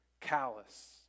Callous